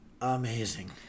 amazing